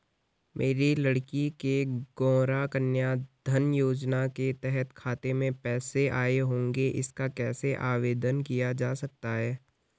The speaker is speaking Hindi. मेरी लड़की के गौंरा कन्याधन योजना के तहत खाते में पैसे आए होंगे इसका कैसे आवेदन किया जा सकता है?